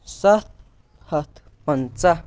سَتھ ہَتھ پَنژاہ